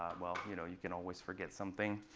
well, you know you can always forget something.